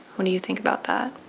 what do you think about that?